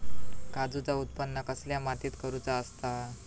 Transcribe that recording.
काजूचा उत्त्पन कसल्या मातीत करुचा असता?